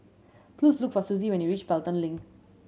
please look for Suzie when you reach Pelton Link